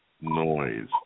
noise